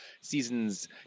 seasons